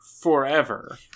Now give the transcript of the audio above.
forever